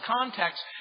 context